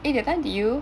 eh that time did you